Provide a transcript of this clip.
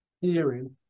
hearing